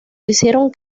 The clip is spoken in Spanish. hicieron